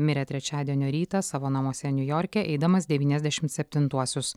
mirė trečiadienio rytą savo namuose niujorke eidamas devyniasdešim septintuosius